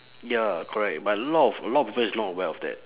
ya correct but a lot of a lot of people is not aware of that